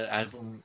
album